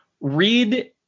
read